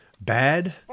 bad